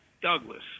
Douglas